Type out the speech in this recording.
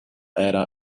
era